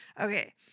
Okay